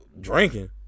Drinking